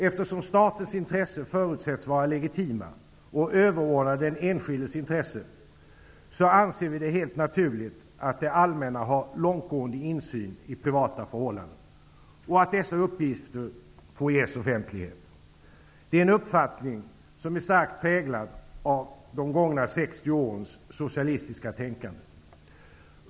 Eftersom statens intressen förutsätts vara legitima och överordnade den enskildes intresse, anser vi det helt naturligt att det allmänna har långtgående insyn i privata förhållanden och att dessa uppgifter får ges offentlighet. Det är en uppfattning som är starkt präglad av de gångna 60 årens socialistiska tänkande.